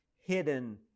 hidden